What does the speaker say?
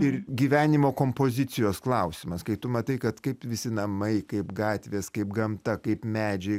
ir gyvenimo kompozicijos klausimas kai tu matai kad kaip visi namai kaip gatvės kaip gamta kaip medžiai